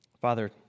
Father